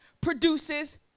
produces